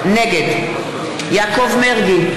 נגד יעקב מרגי,